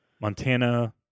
Montana